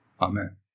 Amen